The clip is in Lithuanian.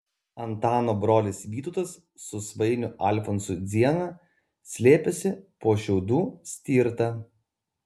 antano brolis vytautas su svainiu alfonsu dziena slėpėsi po šiaudų stirta